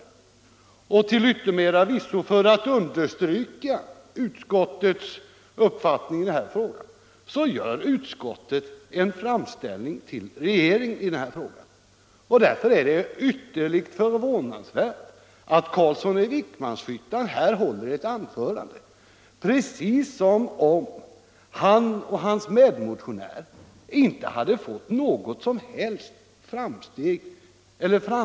För att till yttermera visso understryka utskottets uppfattning i den här frågan gör utskottet en framställning till regeringen. Därför är det synnerligen förvånande att herr Carlsson i Vikmanshyttan håller ett anförande precis som om han och hans medmotionär inte hade fått någon som helst framgång i utskottet.